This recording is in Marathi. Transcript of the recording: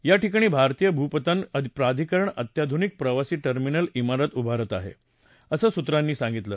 या ठिकाणी भारतीय भूपत्तन प्राधिकरण अत्याधुनिक प्रवासी टर्मिनल झिरत उभारत आहे असं सूत्रांनी सांगितलं